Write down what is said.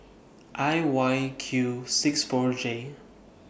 I Y Q six four J